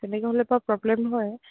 তেনেকৈ হ'লে বাৰু প্ৰব্লেমো হয়